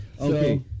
Okay